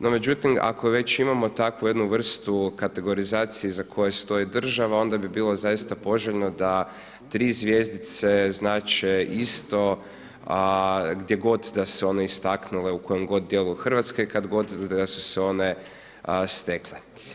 No međutim ako već imamo takvu jednu vrstu kategorizacije iza koje stoji država onda bi bilo zaista poželjno da tri zvjezdice znače isto a gdje god da se one istaknule u kojem god dijelu Hrvatske, kada god da su se one stekle.